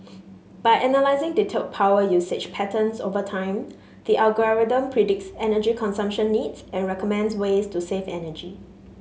by analysing detailed power usage patterns over time the algorithm predicts energy consumption needs and recommends ways to save energy